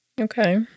Okay